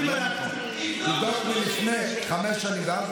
ואתה יודע מה, אי-אפשר לקבל הכול.